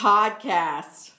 Podcast